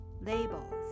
Labels